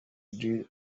eduige